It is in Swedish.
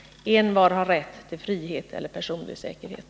Envar har rätt till frihet och personlig säkerhet.